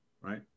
Right